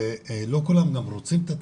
ולא כולם גם רוצים את התמיכה.